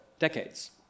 Decades